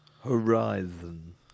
Horizon